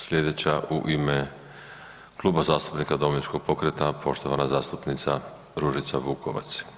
Sljedeća u ime Kluba zastupnika Domovinskog pokreta poštovana zastupnica Ružica Vukovac.